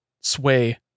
sway